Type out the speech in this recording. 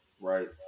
right